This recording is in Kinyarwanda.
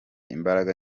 imbaraga